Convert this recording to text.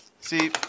See